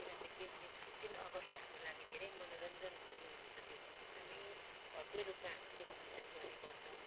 कुरा चाहिँ के भने फिप्टिन अगस्त हाम्रो लागि धेरै मनोरञ्जनको दिन हुन्छ त्यो दिन एकदम भव्य रुपमा हामी सेलिब्रेसन गर्ने गर्छौँ